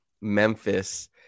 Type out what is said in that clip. Memphis